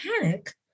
Panic